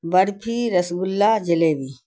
barfi rasgulla jalebi